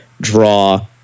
draw